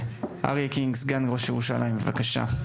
אריה קינג, סגן ראש עיריית ירושלים, בבקשה.